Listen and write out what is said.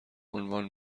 عنوان